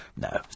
No